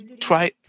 try